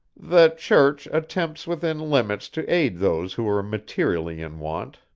the church attempts within limits to aid those who are materially in want,